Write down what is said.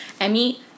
Emmy